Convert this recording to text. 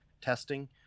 testing